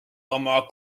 oma